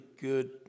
good